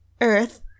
earth